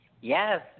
Yes